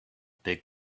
big